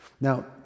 Now